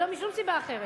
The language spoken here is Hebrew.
ולא משום סיבה אחרת.